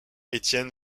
étienne